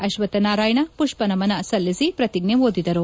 ಅಶ್ವತ್ಥನಾರಾಯಣ ಪುಷ್ಪ ನಮನ ಸಲ್ಲಿಸಿ ಪ್ರತಿಜ್ಞೆ ಓದಿದರು